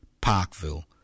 Parkville